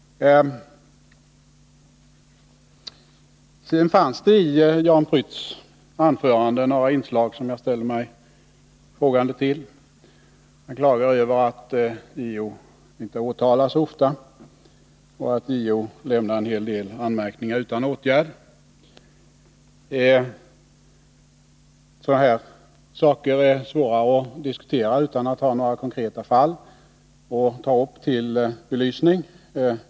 Sedan fanns det i Jan Prytz anförande några inslag som jag ställer mig frågande till. Han klagade över att JO inte så ofta åtalar och att JO lämnar en hel del anmärkningar utan åtgärd. Sådana saker är svåra att diskutera utan att ha några konkreta fall att ta upp till belysning.